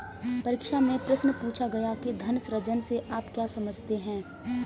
परीक्षा में प्रश्न पूछा गया कि धन सृजन से आप क्या समझते हैं?